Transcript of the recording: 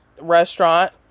restaurant